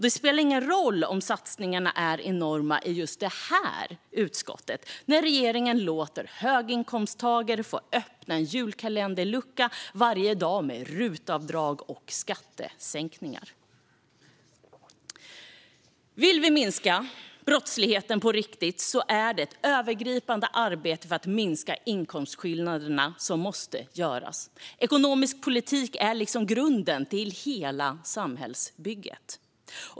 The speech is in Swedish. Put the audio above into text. Det spelar ingen roll om satsningarna är enorma i just det här utskottet när regeringen låter höginkomsttagare få öppna en julkalenderlucka varje dag med RUT-avdrag och skattesänkningar. Vill vi minska brottsligheten på riktigt är det ett övergripande arbete för att minska inkomstskillnaderna som måste göras. Ekonomisk politik är grunden till hela samhällsbygget.